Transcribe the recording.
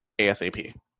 ASAP